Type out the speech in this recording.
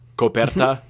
coperta